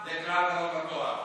זה כלל גדול בתורה.